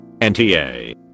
NTA